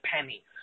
penny